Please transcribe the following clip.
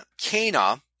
Cana